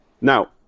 Now